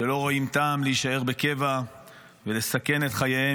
שלא רואים טעם להישאר בקבע ולסכן את חייהם